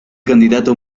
candidato